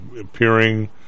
appearing